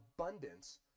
abundance